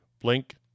Blink